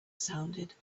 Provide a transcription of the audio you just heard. sounded